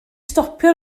stopio